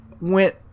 went